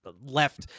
left